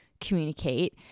communicate